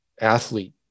athlete